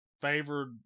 favored